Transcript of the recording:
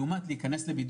לעומת לא להתחסן,